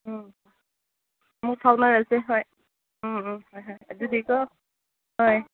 ꯎꯝ ꯑꯃꯨꯛ ꯐꯥꯎꯅꯔꯁꯦ ꯍꯣꯏ ꯎꯝ ꯎꯝ ꯍꯣꯏ ꯍꯣꯏ ꯑꯗꯨꯗꯤꯀꯣ ꯍꯣꯏ